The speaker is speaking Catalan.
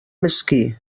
mesquí